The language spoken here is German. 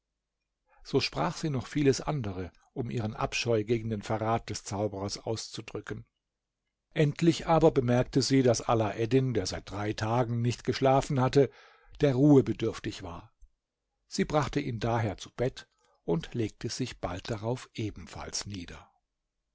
so sprach sie noch vieles andere um ihren abscheu gegen den verrat des zauberers auszudrücken endlich aber bemerkte sie daß alaeddin der seit drei tagen nicht geschlafen hatte der ruhe bedürftig war sie brachte ihn daher zu bett und legte sich bald darauf ebenfalls nieder